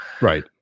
right